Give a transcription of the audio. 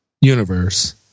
universe